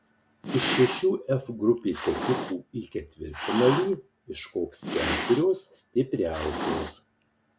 iš šešių f grupės ekipų į ketvirtfinalį iškops keturios stipriausios